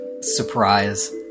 Surprise